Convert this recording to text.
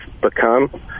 become